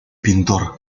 pintor